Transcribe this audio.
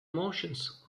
motions